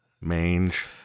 Mange